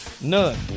None